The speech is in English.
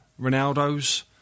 Ronaldo's